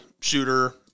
shooter